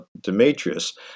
Demetrius